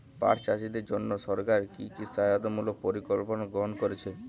পাট চাষীদের জন্য সরকার কি কি সহায়তামূলক পরিকল্পনা গ্রহণ করেছে?